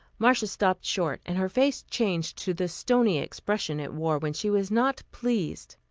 marcia stopped short and her face changed to the stony expression it wore when she was not pleased.